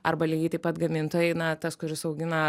arba lygiai taip pat gamintojai na tas kuris augina